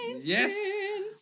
Yes